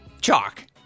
Chalk